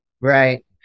Right